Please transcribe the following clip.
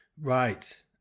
Right